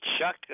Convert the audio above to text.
Chuck